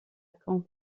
caen